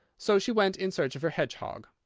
so she went in search of her hedgehog.